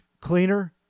cleaner